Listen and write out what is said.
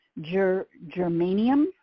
germanium